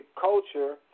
culture